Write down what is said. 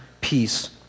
peace